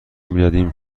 میدادیم